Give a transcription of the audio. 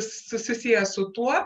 susisieja su tuo